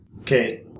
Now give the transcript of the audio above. Okay